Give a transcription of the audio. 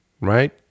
right